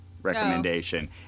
Recommendation